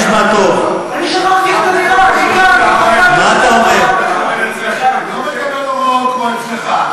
אתה תשמע טוב, הוא לא מקבל הוראות כמו אצלך.